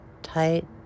tight